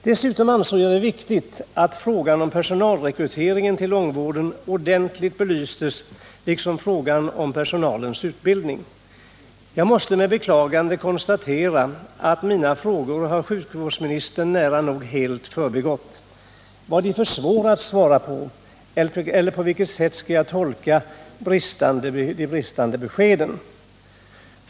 Dessutom ansåg jag det viktigt att frågan om personalrekryteringen till långvården ordentligt belystes, liksom frågan om personalens utbildning. Jag måste med beklagande konstatera att mina frågor har sjukvårdsministern nära nog helt förbigått. Var de för svåra att svara på? Eller på vilket sätt skall jag tolka de bristande beskeden?